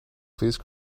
please